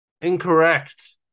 Incorrect